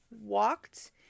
walked